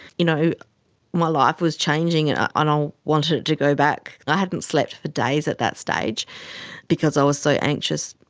you know my life was changing and ah i ah wanted it to go back. i hadn't slept for days at that stage because i was so anxious.